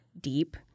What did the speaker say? deep